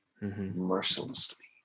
mercilessly